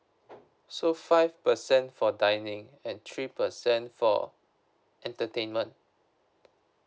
so five percent for dining and three percent for entertainment